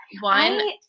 One